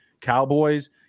Cowboys